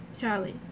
Charlie